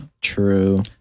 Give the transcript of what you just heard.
True